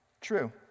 True